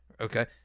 okay